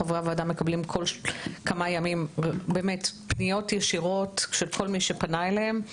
חברי הוועדה מקבלים כל כמה ימים פניות ישירות של כל מי שפנה אליהם.